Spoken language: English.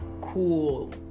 cool